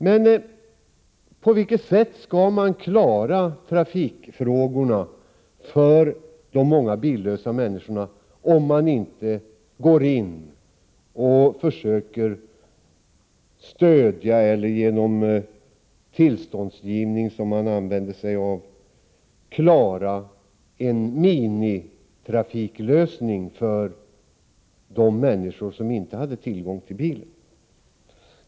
Men på vilket sätt skall man klara trafikfrågorna för de många billösa människorna, om man inte försöker stödja kollektivtrafiken eller genom tillståndsgivning, som man använder sig av, klara en minitrafiklösning för de människor som inte har tillgång till bil?